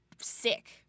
sick